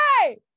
hey